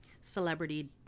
Celebrity